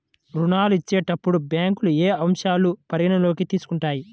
ఋణాలు ఇచ్చేటప్పుడు బ్యాంకులు ఏ అంశాలను పరిగణలోకి తీసుకుంటాయి?